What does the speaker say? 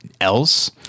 else